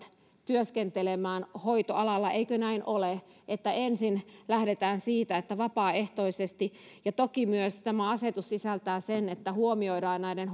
työskentelemään hoitoalalla eikö näin ole että ensin lähdetään siitä että vapaaehtoisesti ja toki tämä asetus sisältää myös sen että huomioidaan näiden